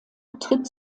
tritt